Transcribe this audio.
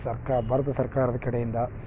ಸರ್ಕಾರ ಭಾರತ ಸರ್ಕಾರದ ಕಡೆಯಿಂದ